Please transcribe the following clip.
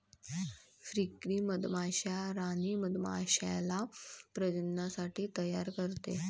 फ्रीकरी मधमाश्या राणी मधमाश्याला प्रजननासाठी तयार करते